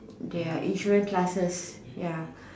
their insurance classes ya